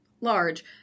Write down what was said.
large